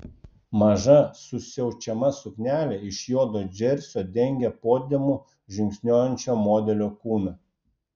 maža susiaučiama suknelė iš juodo džersio dengė podiumu žingsniuojančio modelio kūną